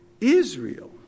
Israel